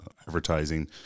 advertising